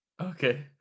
Okay